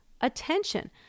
attention